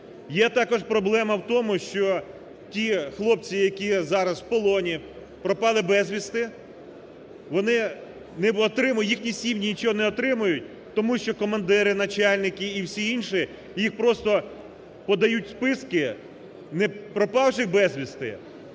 Є також проблема в тому, що ті хлопці, які зараз в полоні, пропали безвісти, вони не отримують, їхні сім'ї нічого не отримують, тому що командири, начальники і всі інші їх просто… подають списки не пропавших безвісти,